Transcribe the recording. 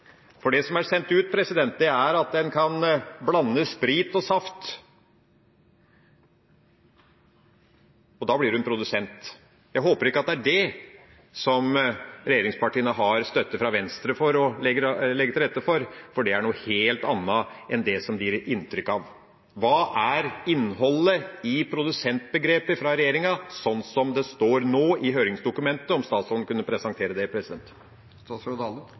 For det som er sendt ut, er at en kan blande sprit og saft, da blir en produsent. Jeg håper ikke at det er det regjeringspartiene har støtte fra Venstre for å legge til rette for, for det er noe helt annet enn det som de gir inntrykk av. Hva er innholdet i produsentbegrepet fra regjeringa, sånn som det står nå i høringsdokumentet – kan statsråden presentere det?